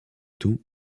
tout